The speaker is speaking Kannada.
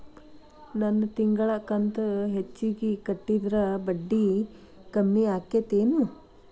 ನನ್ ತಿಂಗಳ ಕಂತ ಹೆಚ್ಚಿಗೆ ಕಟ್ಟಿದ್ರ ಬಡ್ಡಿ ಕಡಿಮಿ ಆಕ್ಕೆತೇನು?